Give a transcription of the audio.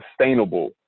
sustainable